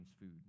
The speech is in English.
food